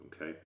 okay